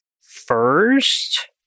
first